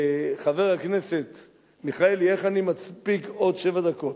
חבר הכנסת מיכאלי, איך אני מספיק עוד שבע דקות?